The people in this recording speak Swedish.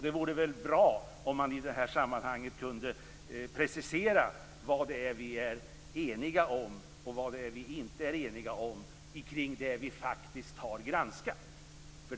Det vore väl bra om man i det här sammanhanget kunde precisera vad det är som vi är eniga om och vad vi inte är eniga om när det gäller det som vi faktiskt har granskat.